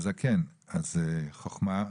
זקן 'זה שקנה חכמה'.